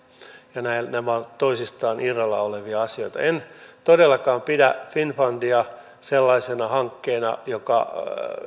nämä ovat toisistaan irrallaan olevia asioita en todellakaan pidä finnfundia sellaisena hankkeena